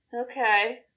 okay